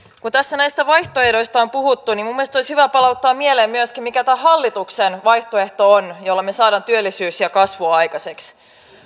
kun tässä näistä vaihtoehdoista on puhuttu niin minun mielestäni olisi hyvä palauttaa mieleen myöskin mikä on tämä hallituksen vaihtoehto jolla me saamme työllisyyttä ja kasvua aikaiseksi